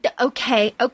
okay